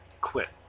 quit